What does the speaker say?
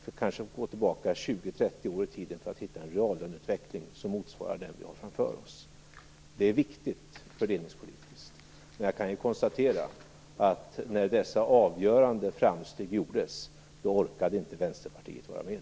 Vi får gå tillbaka 20-30 år i tiden för att hitta en reallöneutveckling som motsvarar den vi har framför oss. Det är fördelningspolitiskt viktigt. Jag kan konstatera att när dessa avgörande framsteg gjordes orkade inte Vänsterpartiet vara med.